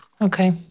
Okay